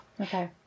Okay